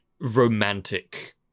romantic